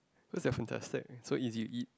what's that fantastic so easy to eat